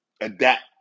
adapt